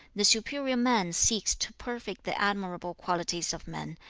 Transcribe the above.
the superior man seeks to perfect the admirable qualities of men,